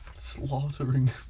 slaughtering